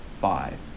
five